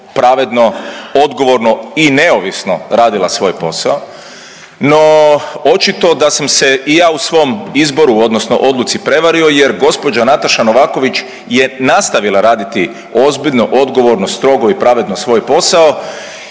pravedno i neovisno radila svoj posao, no očito da sam se i ja u svom izboru odnosno odluci prevario jer gospođa Nataša Novaković je nastavila raditi ozbiljno, odgovorno, strogo i pravedno svoj posao